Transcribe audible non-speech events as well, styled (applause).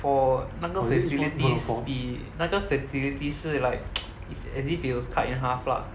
for 那个 facilities be 那个 facilities 是 like (noise) it's as if it was cut in half lah